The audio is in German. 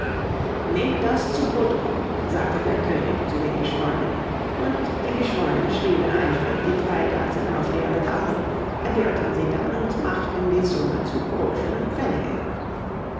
nehmt das zu protokoll sagte der könig zu den geschwornen und die geschwornen schrieben eifrig die drei daten auf ihre tafeln addirten sie dann und machten die summe zu groschen und pfennigen